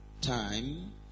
time